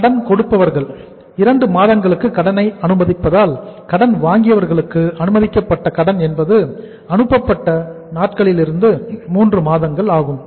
கடன் கொடுப்பவர்கள் 2 மாதங்களுக்கு கடனை அனுமதிப்பதால் கடன் வாங்கியவர்களுக்கு அனுமதிக்கப்பட்ட கடன் என்பது அனுப்பப்பட்ட நாளிலிருந்து 3 மாதங்கள் ஆகும்